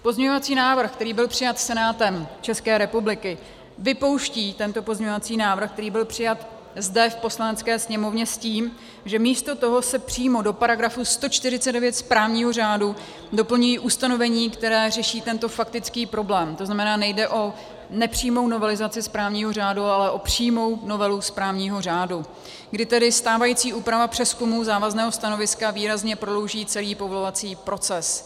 Pozměňovací návrh, který byl přijat Senátem České republiky, vypouští tento pozměňovací návrh, který byl přijat zde v Poslanecké sněmovně, s tím, že místo toho se přímo do § 149 správního řádu doplňuje ustanovení, které řeší tento faktický problém, tzn. nejde o nepřímou novelizaci správního řádu, ale o přímou novelu správního řádu, kdy tedy stávající úprava přezkumu závazného stanoviska výrazně prodlouží celý povolovací proces.